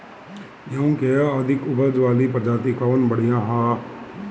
गेहूँ क अधिक ऊपज वाली प्रजाति कवन बढ़ियां ह?